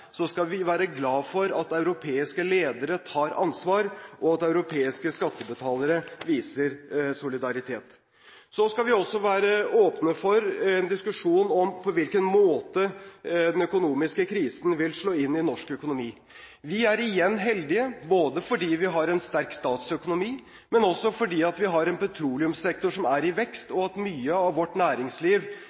Så skal vi også være åpne for en diskusjon om på hvilken måte den økonomiske krisen vil slå inn i norsk økonomi. Vi er igjen heldige, ikke bare fordi vi har en sterk statsøkonomi, men også fordi vi har en petroleumssektor som er i vekst, og at mye av vårt næringsliv